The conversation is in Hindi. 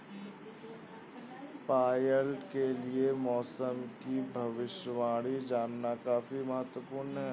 पायलट के लिए मौसम की भविष्यवाणी जानना काफी महत्त्वपूर्ण है